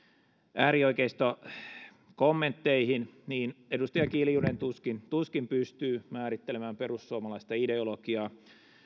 äärioikeistokommentteihin niin edustaja kiljunen tuskin tuskin pystyy määrittelemään perussuomalaista ideologiaa